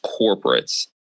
corporates